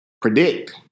predict